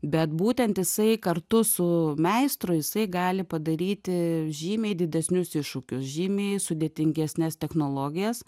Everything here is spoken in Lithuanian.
bet būtent jisai kartu su meistru jisai gali padaryti žymiai didesnius iššūkius žymiai sudėtingesnes technologijas